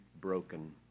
broken